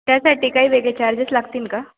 त्यासाठी काही वेगळे चार्जेस लागतील का